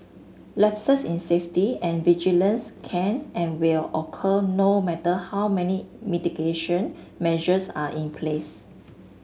lapses in safety and vigilance can and will occur no matter how many mitigation measures are in place